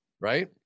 right